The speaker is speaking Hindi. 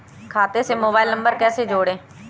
खाते से मोबाइल नंबर कैसे जोड़ें?